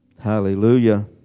Hallelujah